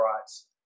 rights